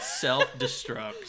Self-destruct